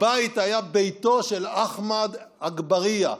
הבית היה ביתו של אחמד אגברייה.